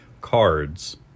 cards